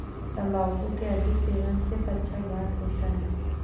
तंबाकू के अधिक सेवन से पक्षाघात होता है